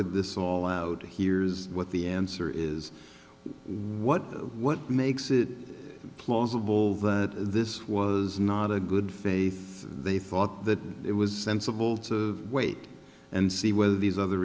d this all out here is what the answer is what what makes it plausible that this was not a good faith they thought that it was sensible to wait and see whether these other